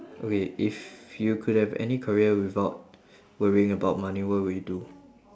okay if you could have any career without worrying about money what will you do